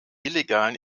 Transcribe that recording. illegalen